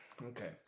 Okay